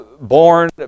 born